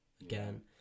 again